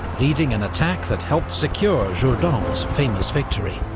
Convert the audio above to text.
leading an attack that helped secure jourdan's famous victory.